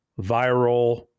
viral